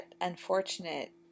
unfortunate